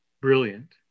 brilliant